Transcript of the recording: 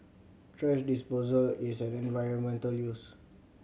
thrash disposal is an environmental use